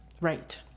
Right